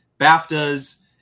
BAFTAs